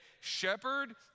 shepherd